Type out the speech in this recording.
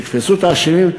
ויתפסו את האשמים,